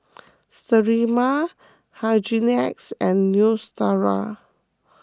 Sterimar Hygin X and Neostrata